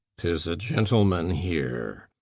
t is a gentleman here